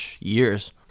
Years